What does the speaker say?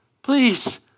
Please